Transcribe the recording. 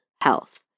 health